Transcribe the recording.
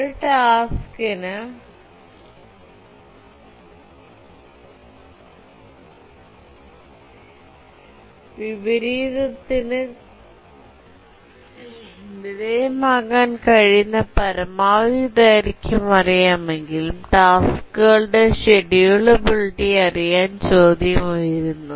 ഒരു ടാസ്ക്കിന് വിപരീതത്തിന് വിധേയമാകാൻ കഴിയുന്ന പരമാവധി ദൈർഘ്യം അറിയാമെങ്കിലും ടാസ്ക്കുകളുടെ ഷെഡ്യൂളബിളിറ്റി അറിയാൻ ചോദ്യം ഉയരുന്നു